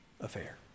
affair